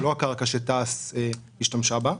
לא הקרקע שתעש השתמשה בה.